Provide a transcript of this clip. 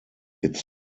its